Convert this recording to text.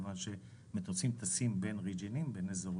כיוון שמטוסים טסים בין אזורים,